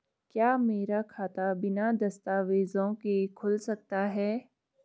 क्या मेरा खाता बिना दस्तावेज़ों के खुल सकता है?